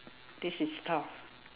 this is tough